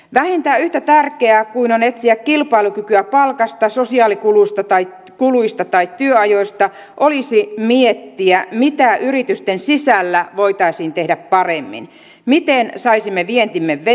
vähintään yhtä tärkeää kuin on etsiä kilpailukykyä palkasta sosiaalikuluista tai työajoista olisi miettiä mitä yritysten sisällä voitaisiin tehdä paremmin miten saisimme vientimme vetämään